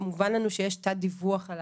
מובן לנו שיש תת-דיווח על